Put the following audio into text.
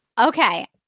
Okay